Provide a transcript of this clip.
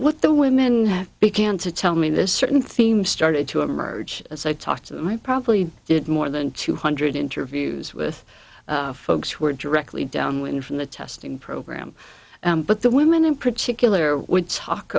what the women have began to tell me this certain themes started to emerge as i talk to them i probably did more than two hundred interviews with folks who were directly downwind from the testing program but the women in particular would talk